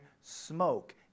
smoke